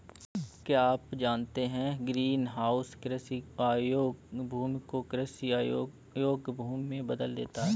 क्या आप जानते है ग्रीनहाउस कृषि के अयोग्य भूमि को कृषि योग्य भूमि में बदल देता है?